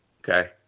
Okay